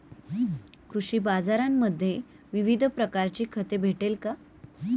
कृषी बाजारांमध्ये विविध प्रकारची खते भेटेल का?